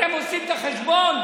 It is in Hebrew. אתם עושים את החשבון?